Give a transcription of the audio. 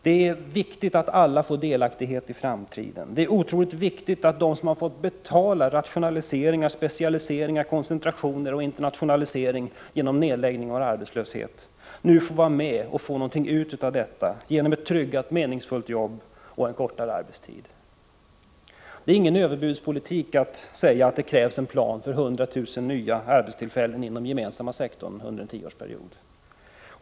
Det är viktigt att alla får delaktighet i framtiden, att de som fått betala rationaliseringar, specialiseringar, koncentrationer och internationalisering genom nedläggningar och arbetslöshet får vara med och få ut någonting av förändringarna i form av ett tryggat meningsfullt jobb och en kortare arbetstid. Det är ingen överbudspolitik att säga att det krävs en plan för 100 000 nya arbetstillfällen inom den gemensamma sektorn under en tioårsperiod.